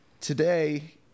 today